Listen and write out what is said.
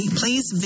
please